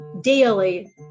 daily